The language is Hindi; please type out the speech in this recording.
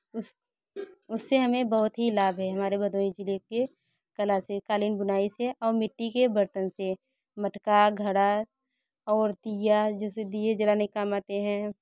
उस उससे हमें बहुत ही लाभ है हमारे भदोही ज़िले के लिए कला से क़ालीन बुनाई से और मिट्टी के बर्तन से मटका घड़ा और दिया जैसे दिए जलाने के काम आते हैं